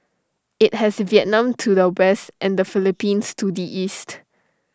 IT has Vietnam to the west and the Philippines to the east